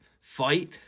fight